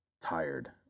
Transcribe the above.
tired